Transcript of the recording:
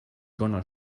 gonna